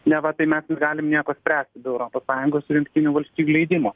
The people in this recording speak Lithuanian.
neva tai mes negalim nieko spręsti be europos sąjungos ir jungtinių valstijų leidimo